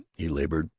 he labored.